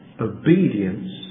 Obedience